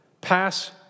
Pass